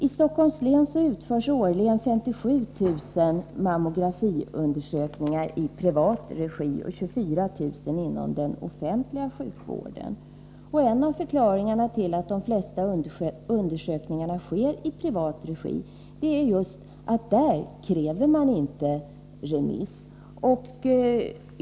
I Stockholms län utförs årligen 57 000 mammografiundersökningar i privat regi och 24 000 inom den offentliga sjukvården. En av förklaringarna till att de flesta undersökningar sker i privat regi är just att man där inte kräver remiss.